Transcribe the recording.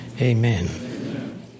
Amen